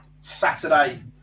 Saturday